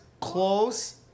close